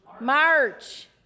March